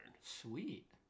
Sweet